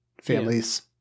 families